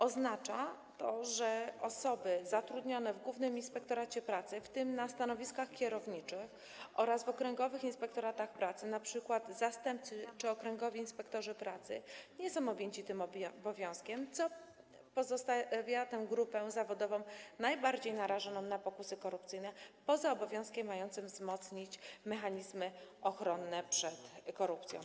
Oznacza to, że osoby zatrudnione w Głównym Inspektoracie Pracy, w tym na stanowiskach kierowniczych, oraz w okręgowych inspektoratach pracy, np. zastępcy czy okręgowi inspektorzy pracy, nie są objęci tym obowiązkiem, co pozostawia tę grupę zawodową najbardziej narażoną na pokusy korupcyjne poza obowiązkiem mającym wzmocnić mechanizmy ochronne przed korupcją.